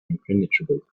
impenetrable